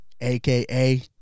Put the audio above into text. aka